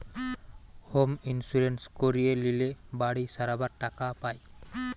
home insurance করিয়ে লিলে বাড়ি সারাবার টাকা পায়